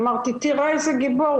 אמרתי: תראה איזה גיבור,